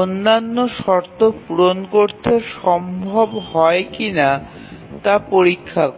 অন্যান্য শর্ত পূরণ করতে সম্ভব হয় কিনা তা পরীক্ষা করে